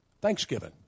Thanksgiving